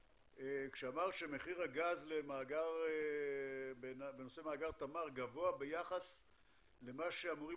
כשאמרת שמחיר הגז בנושא מאגר תמר גבוה ביחס למה שאמורים